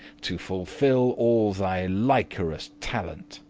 to fulfill all thy likerous talent!